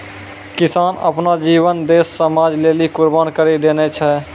किसान आपनो जीवन देस समाज लेलि कुर्बान करि देने छै